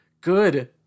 good